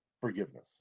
forgiveness